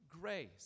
grace